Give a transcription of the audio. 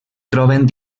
troben